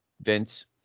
Vince